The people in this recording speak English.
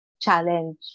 challenge